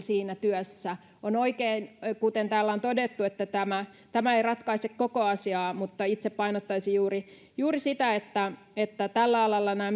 siinä työssä on totta kuten täällä on todettu että tämä tämä ei ratkaise koko asiaa mutta itse painottaisin juuri juuri sitä että että tällä alalla nämä